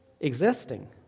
existing